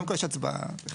קודם כול, יש הצבעה בהחלט.